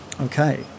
Okay